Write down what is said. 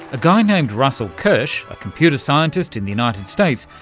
a guy named russell kirch, a computer scientist in the united states,